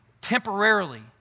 temporarily